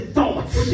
thoughts